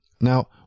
Now